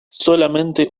solamente